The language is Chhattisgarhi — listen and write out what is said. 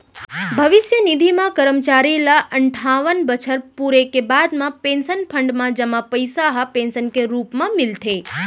भविस्य निधि म करमचारी ल अनठावन बछर पूरे के बाद म पेंसन फंड म जमा पइसा ह पेंसन के रूप म मिलथे